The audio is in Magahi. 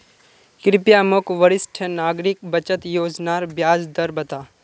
कृप्या मोक वरिष्ठ नागरिक बचत योज्नार ब्याज दर बता